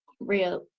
real